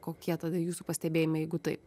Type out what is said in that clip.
kokie tada jūsų pastebėjimai jeigu taip